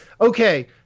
Okay